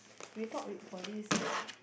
we talk with for this like